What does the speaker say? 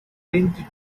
plenty